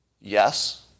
Yes